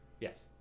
Yes